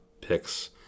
picks